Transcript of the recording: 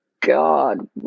god